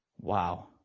Wow